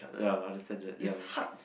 ya understand that ya